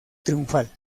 triunfal